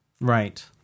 Right